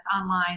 online